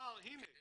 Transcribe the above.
כדי